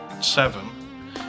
Seven